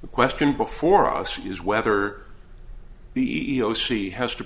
the question before us she is whether the e e o c has to